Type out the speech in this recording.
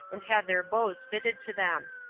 and had their bows fitted to them.